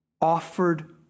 offered